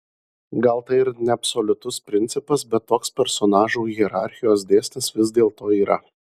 gal tai ir neabsoliutus principas bet toks personažų hierarchijos dėsnis vis dėlto yra